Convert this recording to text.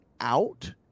out